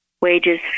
wages